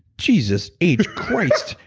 jesus h. christ,